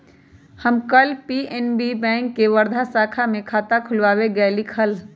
हम कल PNB bank के वर्धा शाखा में खाता खुलवावे गय लीक हल